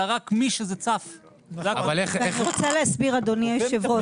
אני רוצה להסביר, אדוני היושב ראש.